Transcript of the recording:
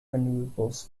renewables